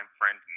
friend